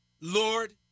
Lord